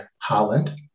Holland